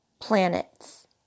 planets